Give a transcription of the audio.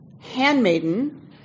handmaiden